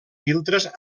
filtres